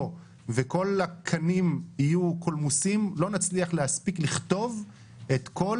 וכל הקנים יהיו קולמוסים לא נצליח להספיק לכתוב את כל